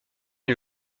est